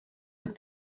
with